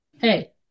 hey